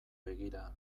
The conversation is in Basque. begira